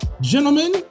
gentlemen